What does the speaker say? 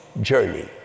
Journey